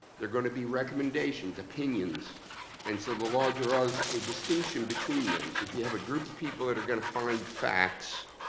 they're going to be recommendations, opinions and so the law draws a distinction between those. if you have a group of people that are gonna find facts,